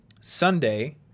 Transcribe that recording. Sunday